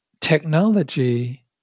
technology